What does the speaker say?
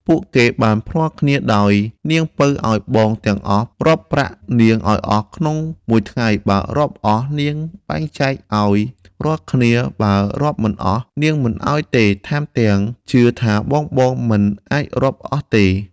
ពួកគេបានភ្នាល់គ្នាដោយនាងពៅឲ្យបងទាំងអស់រាប់ប្រាក់នាងឲ្យអស់ក្នុងមួយថ្ងៃបើរាប់អស់នាងបែងចែកឲ្យរាល់គ្នា បើរាប់មិនអស់នាងមិនឲ្យទេថែមទាំងជឿថាបងៗមិនអាចរាប់អស់ទេ។